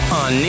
on